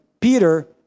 Peter